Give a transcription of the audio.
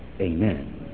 Amen